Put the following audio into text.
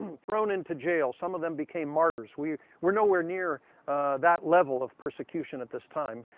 thrown into jail. some of them became martyrs. we're we're no where near that level of persecution at this time.